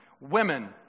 Women